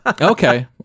okay